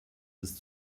ist